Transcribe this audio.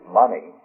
money